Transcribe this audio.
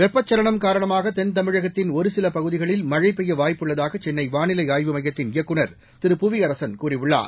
வெப்பச்ச்லனம் காரணமாக தென்தமிழகத்தின் ஒருசில பகுதிகளில் மழை பெய்ய வாய்ப்பு உள்ளதாக சென்னை வானிலை ஆய்வு மையத்தின் இயக்குநர் திரு புவியரசன் கூறியுள்ளார்